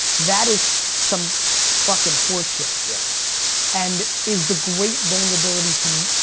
that is some fucking horseshit. yeah and is the great vulnerability to,